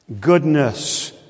Goodness